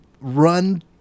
run